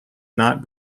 not